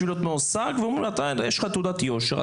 כדי להיות מועסק ואומרים לו שיש לו תעודת יושר,